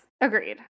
Agreed